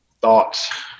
thoughts